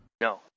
No